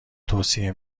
توصیه